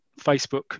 facebook